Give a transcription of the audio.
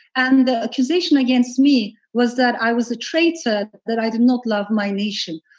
and the accusation against me was that i was a traitor, that i did not love my nation.